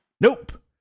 Nope